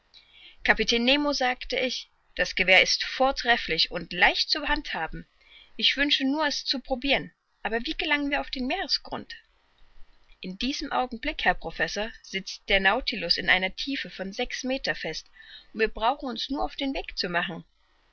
kapitän nemo sagte ich das gewehr ist vortrefflich und leicht zu handhaben ich wünsche nur es zu probiren aber wie gelangen wir auf den meeresgrund in diesem augenblick herr professor sitzt der nautilus in einer tiefe von sechs meter fest und wir brauchen uns nur auf den weg zu machen